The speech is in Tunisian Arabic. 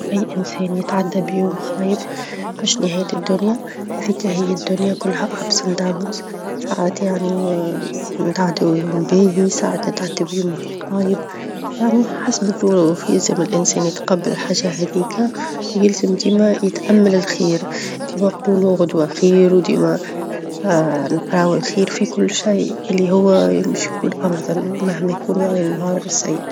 كأي إنسان يتعدى بيوم خايب مش نهاية الدنيا، هذيك هي الدنيا كلها تقلبات، ساعات يعني نتعدي بيوم باهي، ساعات نتعدى بيوم خايب، يعني حسب الظروف، يلزم الإنسان يتقبل الحاجة هذيك، ويلزم ديما يتأمل الخير، ديما نقولو غدوة خير، وديما نقراو الخير فى كل شيء اللى هو مش يكون أفظل مهما يكون يعنى النهار سيء.